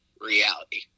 reality